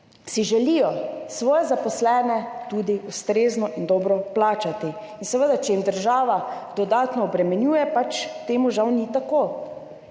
so, želijo svoje zaposlene tudi ustrezno in dobro plačati. Seveda, če jih država dodatno obremenjuje, pač žal ni tako.